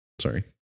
Sorry